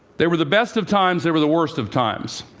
they were the best of times, they were the worst of times